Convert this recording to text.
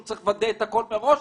הוא צריך לוודא את הכול מראש,